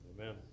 Amen